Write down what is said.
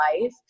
life